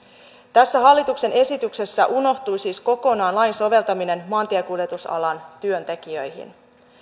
tässä hallituksen esityksessä unohtui siis kokonaan lain soveltaminen maantiekuljetusalan työntekijöihin